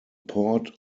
port